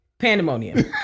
Pandemonium